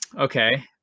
okay